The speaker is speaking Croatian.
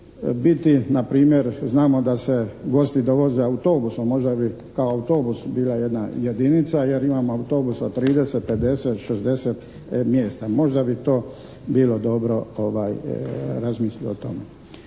biti npr. znamo da se gosti dovoze autobusom, možda bi kao autobus bila jedna jedinica jer imamo autobus od 30, 50, 60 mjesta, možda bi to bilo dobro razmisliti o tome.